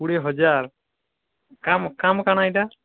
କୋଡ଼ିଏ ହଜାର୍ କାମ୍ କାମ୍ କାଣା ଏଇଟା